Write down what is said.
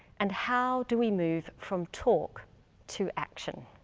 and how do we move from talk to action?